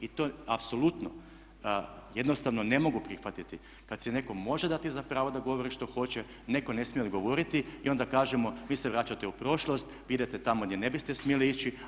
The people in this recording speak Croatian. I to apsolutno jednostavno ne mogu prihvatiti kad si netko može dati za pravo da govori što hoće, netko ne smije odgovoriti i onda kažemo vi se vraćate u prošlost, vi idete tamo gdje ne biste smjeli ići.